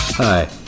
Hi